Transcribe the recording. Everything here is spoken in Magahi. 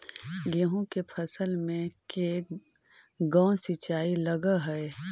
गेहूं के फसल मे के गो सिंचाई लग हय?